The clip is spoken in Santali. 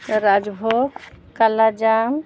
ᱨᱟᱡᱽᱵᱷᱳᱜᱽ ᱠᱟᱞᱳᱡᱟᱢ